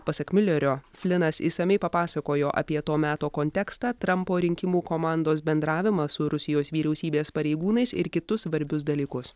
pasak milerio flinas išsamiai papasakojo apie to meto kontekstą trampo rinkimų komandos bendravimą su rusijos vyriausybės pareigūnais ir kitus svarbius dalykus